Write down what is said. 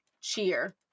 cheer